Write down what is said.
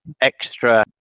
extra